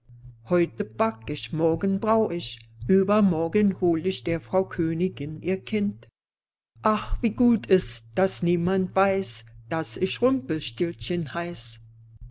heute back ich morgen brau ich übermorgen hohl ich der frau königin ihr kind ach wie gut ist daß niemand weiß daß ich rumpelstilzchen heiß